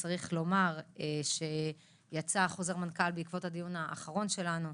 וצריך לומר שיצא חוזר מנכ"ל בעקבות הדיון האחרון שלנו.